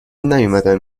نیومدم